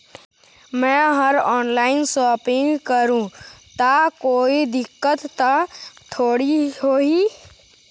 मैं हर online shopping करू ता कोई दिक्कत त थोड़ी होही?